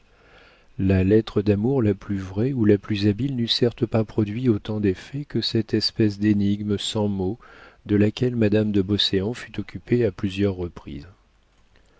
la lettre d'amour la plus vraie ou la plus habile n'eût certes pas produit autant d'effet que cette espèce d'énigme sans mot de laquelle madame de beauséant fut occupée à plusieurs reprises